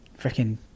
freaking